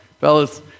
fellas